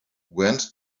went